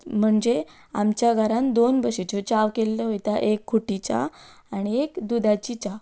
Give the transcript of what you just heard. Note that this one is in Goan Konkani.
म्हणजे आमच्या घरांत दोन भशेच्यो च्या केल्ल्यो वता एक खूटी च्या आनी एक दुदाची च्या